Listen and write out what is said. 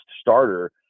starter